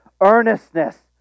earnestness